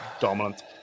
dominant